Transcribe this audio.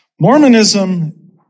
Mormonism